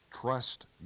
trust